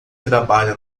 trabalha